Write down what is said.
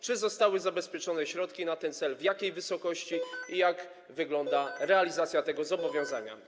Czy zostały zabezpieczone środki na ten cel, w jakiej wysokości i jak wygląda realizacja tego zobowiązania?